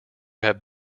have